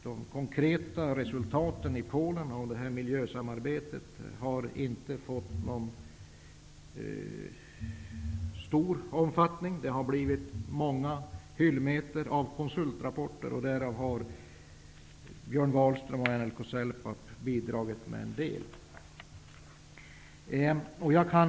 De konkreta resultaten i Polen av det här miljösamarbetet har inte fått någon stor omfattning. Det har blivit många hyllmeter med konsultrapporter. Björn Wahlström och NLK-Celpap har bidragit med en del. Herr talman!